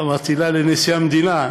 אמרתי לה: לנשיא המדינה.